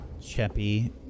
Cheppy